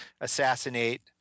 assassinate